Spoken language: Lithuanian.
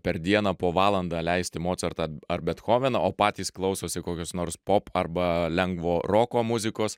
per dieną po valandą leisti mocartą ar bethoveną o patys klausosi kokios nors pop arba lengvo roko muzikos